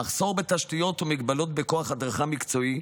מחסור בתשתיות ומגבלות בכוח הדרכה מקצועי,